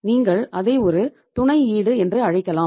நீங்கள் அதை ஒரு துணை ஈடு என்று அழைக்கலாம்